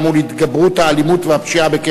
ברצועת-עזה להפסקת האש שהושגה על בסיס היוזמה המצרית משקפת,